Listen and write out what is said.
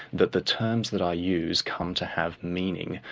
that the terms that i use come to have meaning.